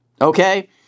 okay